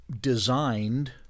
designed